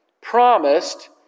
promised